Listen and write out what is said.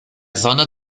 sonne